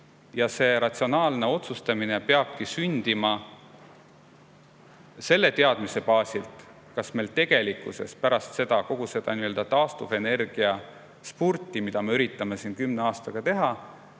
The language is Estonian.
Ja ratsionaalne otsustamine peab sündima selle teadmise baasilt, kas meil on tegelikkuses pärast kogu seda taastuvenergiaspurti, mida me üritame siin kümne aastaga teha,